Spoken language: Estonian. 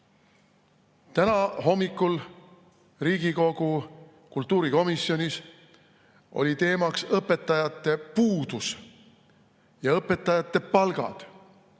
täna hommikul Riigikogu kultuurikomisjonis oli teemaks õpetajate puudus ja õpetajate palgad.